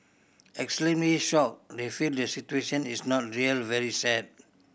extremely shocked they feel the situation is not real very sad